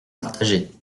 partagée